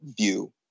view